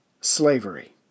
slavery